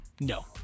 No